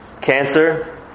Cancer